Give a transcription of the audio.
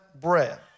bread